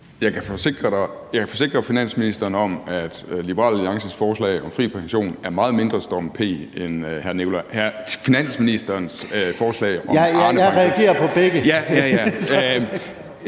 Jeg kan forsikre finansministeren om, at Liberal Alliances forslag om fri pension er meget mindre Storm P.-agtig end finansministerens forslag om Arnepension. Men det er ærgerligt,